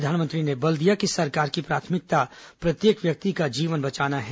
प्रधानमंत्री ने बल दिया कि सरकार की प्रथामिकता प्रत्येक व्यजक्ति का जीवन बचाना है